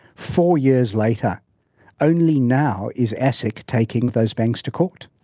four years later only now is asic taking those banks to court.